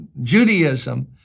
Judaism